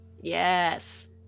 Yes